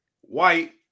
white